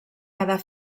quedar